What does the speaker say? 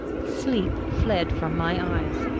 sleep fled from my eyes.